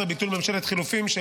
17) (ביטול ממשלת חילופים) וכן את חוק הממשלה